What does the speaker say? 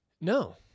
No